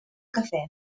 cafè